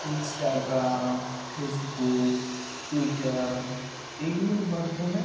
Instagram Facebook Twitter এগুলির মাধ্যমে